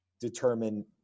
determine